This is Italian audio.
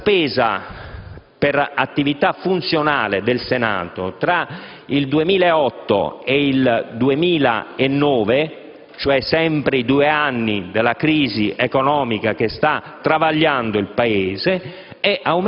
la spesa per attività funzionale del Senato tra il 2008 e il 2009 - ci riferiamo sempre ai due anni della crisi economica che sta travagliando il Paese